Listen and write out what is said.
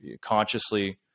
consciously